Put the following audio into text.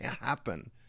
happen